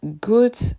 good